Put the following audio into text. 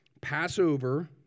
Passover